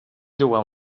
llogar